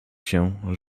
się